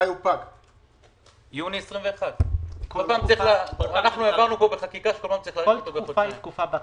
כל תקופה היא בת חודשיים.